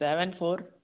seven four